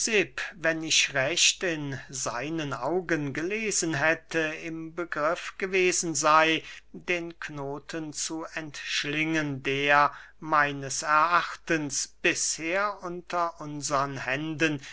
wenn ich recht in seinen augen gelesen hätte im begriff gewesen sey den knoten zu entschlingen der meines erachtens bisher unter unsern händen